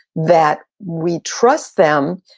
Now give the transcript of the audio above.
that we trust them,